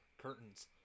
curtains